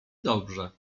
dobrze